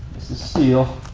steel.